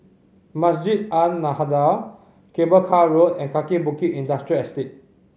Masjid An Nahdhah Cable Car Road and Kaki Bukit Industrial Estate